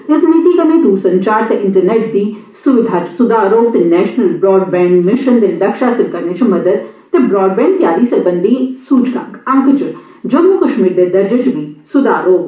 इस नीति कन्नै दूरसंचार ते इंटरनेट दी सुविधा होग ते नेशल ब्राडबेंड मिशन दे लक्ष्य हासल करने च मदाद ते ब्राडबैंड तैआरी सरबंधी सूचक अंक च जम्मू कश्मीर दे दर्जे च बी सूघार होग